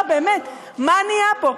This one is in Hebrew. באמת, מה נהיה פה?